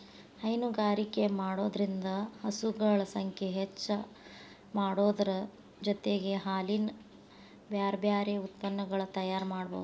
ಹೈನುಗಾರಿಕೆ ಮಾಡೋದ್ರಿಂದ ಹಸುಗಳ ಸಂಖ್ಯೆ ಹೆಚ್ಚಾಮಾಡೋದರ ಜೊತೆಗೆ ಹಾಲಿನ ಬ್ಯಾರಬ್ಯಾರೇ ಉತ್ಪನಗಳನ್ನ ತಯಾರ್ ಮಾಡ್ಬಹುದು